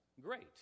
great